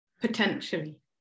Potentially